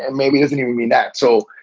and maybe doesn't even mean that so.